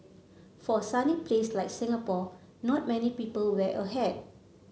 for a sunny place like Singapore not many people wear a hat